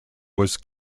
was